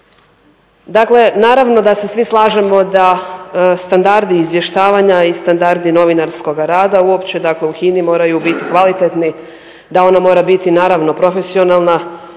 Dakle, naravno da se svi slažemo da standardi izvještavanja i standardi novinarskoga rada uopće, dakle u HINA-i moraju biti kvalitetni, da ona mora biti naravno profesionalna,